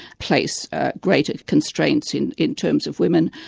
place greater constraints in in terms of women,